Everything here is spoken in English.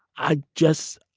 i just.